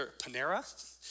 panera